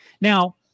now